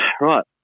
right